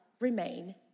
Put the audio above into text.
remain